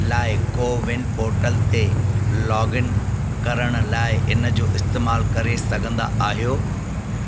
लाइ CoWIN portal ते login करण लाइ इन जो इस्तेमाल करे सघंदा आहियो